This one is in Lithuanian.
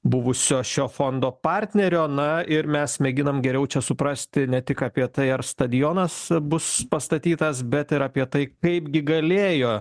buvusio šio fondo partnerio na ir mes mėginam geriau čia suprasti ne tik apie tai ar stadionas bus pastatytas bet ir apie tai kaipgi galėjo